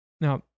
Now